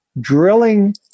drilling